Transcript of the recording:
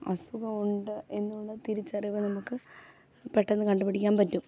അസുഖവുണ്ട് എന്നുള്ള തിരിച്ചറിവ് നമുക്ക് പെട്ടെന്ന് കണ്ടുപിടിക്കാൻ പറ്റും